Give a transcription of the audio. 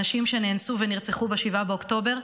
הנשים שנאנסו ונרצחו ב-7 באוקטובר.